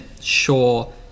sure